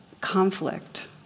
conflict